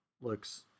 looks